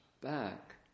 back